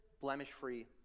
blemish-free